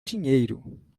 dinheiro